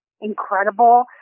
incredible